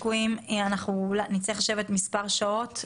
נצטרך לשבת מספר שעות.